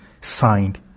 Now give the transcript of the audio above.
signed